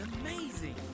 amazing